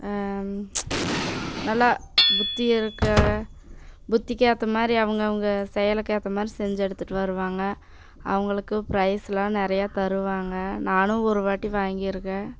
நல்லா புத்தியிருக்க புத்திக்கேற்ற மாதிரி அவங்கவுங்க செயலுக்கேற்ற மாதிரி செஞ்சு எடுத்துட்டு வருவாங்க அவங்களுக்கு ப்ரைஸ்லாம் நிறையா தருவாங்க நானும் ஒருவாட்டி வாங்கியிருக்கேன்